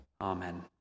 Amen